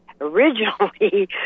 originally